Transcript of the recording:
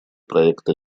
проекта